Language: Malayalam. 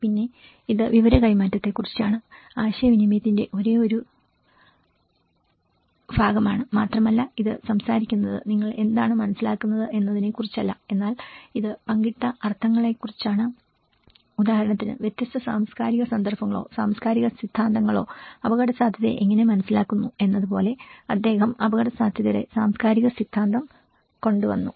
പിന്നെ ഇത് വിവര കൈമാറ്റത്തെക്കുറിച്ചാണ് ആശയവിനിമയത്തിന്റെ ഒരേയൊരു ഭാഗമാണ് മാത്രമല്ല ഇത് സംസാരിക്കുന്നത് നിങ്ങൾ എന്താണ് മനസ്സിലാക്കുന്നത് എന്നതിനെക്കുറിച്ചല്ല എന്നാൽ ഇത് പങ്കിട്ട അർത്ഥത്തെക്കുറിച്ചാണ് ഉദാഹരണത്തിന് വ്യത്യസ്ത സാംസ്കാരിക സന്ദർഭങ്ങളോ സാംസ്കാരിക സിദ്ധാന്തങ്ങളോ അപകടസാധ്യതയെ എങ്ങനെ മനസ്സിലാക്കുന്നു എന്നതുപോലെ അദ്ദേഹം അപകടസാധ്യതയുടെ സാംസ്കാരിക സിദ്ധാന്തം കൊണ്ടുവന്നു